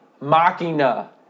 Machina